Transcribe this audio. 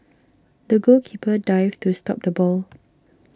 the goalkeeper dived to stop the ball